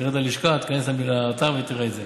תרד ללשכה, תיכנס לאתר ותראה את זה.